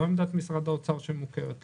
לא עמדת משרד האוצר, שמוכרת לנו,